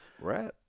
rap